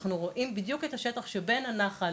אנחנו רואים בדיוק את השטח שבין הנחל